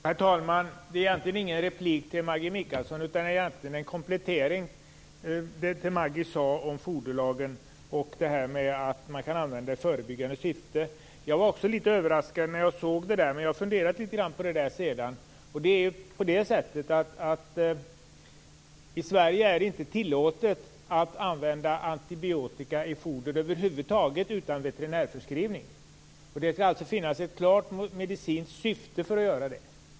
Herr talman! Det här är egentligen ingen replik till Maggi Mikaelsson utan en komplettering till det hon sade om foderlagen och om att man kan använda antibiotika i förebyggande syfte. Jag var också överraskad när jag såg det. Men jag har funderat på det litet grand sedan. I Sverige är det inte tillåtet att använda antibiotika i foder över huvud taget utan veterinärförskrivning. Det bör alltså finnas ett klart medicinskt syfte för att göra det.